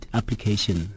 application